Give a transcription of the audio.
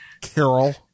Carol